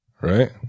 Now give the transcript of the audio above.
right